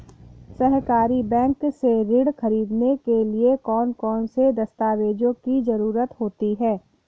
सहकारी बैंक से ऋण ख़रीदने के लिए कौन कौन से दस्तावेजों की ज़रुरत होती है?